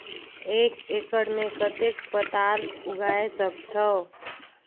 एक एकड़ मे कतेक पताल उगाय सकथव?